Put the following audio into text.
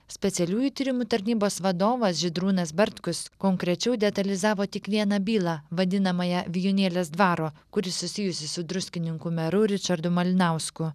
specialiųjų tyrimų tarnybos vadovas žydrūnas bartkus konkrečiau detalizavo tik vieną bylą vadinamąją vijūnėlės dvaro kuri susijusi su druskininkų meru ričardu malinausku